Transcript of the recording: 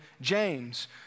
James